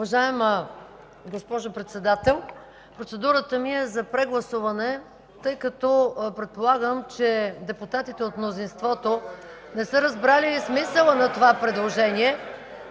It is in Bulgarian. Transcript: Уважаема госпожо Председател! Процедурата ми е за прегласуване, тъй като предполагам, че депутатите от мнозинството не са разбрали смисъла на това предложение.